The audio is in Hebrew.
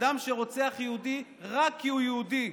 אדם שרוצח יהודי רק כי הוא יהודי,